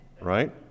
right